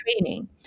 training